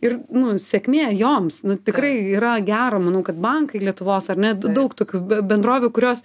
ir nu sėkmė joms nu tikrai yra gera manau kad bankai lietuvos ar ne daug tokių be bendrovių kurios